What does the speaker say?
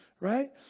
right